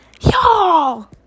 y'all